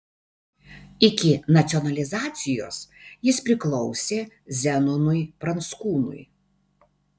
iki nacionalizacijos jis priklausė zenonui pranckūnui